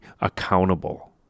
accountable